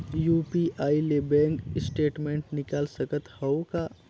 UPI ले bank statement निकाल सकत हवं का?